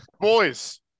Boys